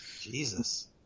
jesus